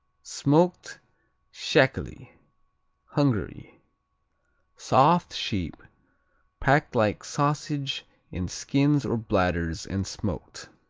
smoked szekely hungary soft sheep packed like sausage in skins or bladders and smoked.